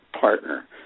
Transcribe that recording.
partner